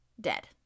dead